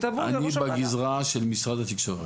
אני בגזרה של משרד התקשורת.